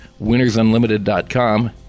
winnersunlimited.com